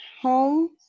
home